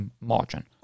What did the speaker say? margin